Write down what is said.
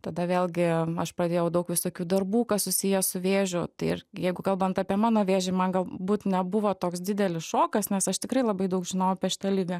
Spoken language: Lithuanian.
tada vėlgi aš pradėjau daug visokių darbų kas susiję su vėžiu ir jeigu kalbant apie mano vėžį man galbūt nebuvo toks didelis šokas nes aš tikrai labai daug žinojau apie šitą ligą